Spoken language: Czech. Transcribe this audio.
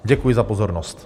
Děkuji za pozornost.